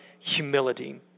humility